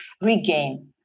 regain